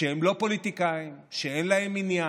שהם לא פוליטיקאים, שאין להם עניין,